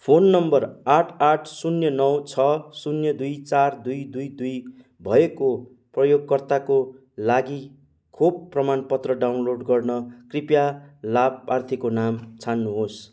phone number आठ आठ शून्य नौ छ शून्य दुई चार दुई दुई दुई भएको प्रयोगकर्ताको लागि खोप प्रमाणपत्र डाउनलोड गर्न कृपया लाभार्थीको नाम छान्नुहोस्